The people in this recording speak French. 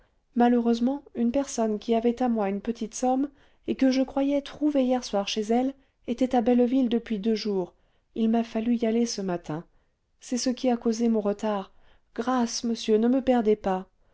malheureusement une personne qui avait à moi une petite somme et que je croyais trouver hier soir chez elle était à belleville depuis deux jours il m'a fallu y aller ce matin c'est ce qui a causé mon retard grâce monsieur ne me perdez pas